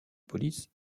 police